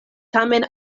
tamen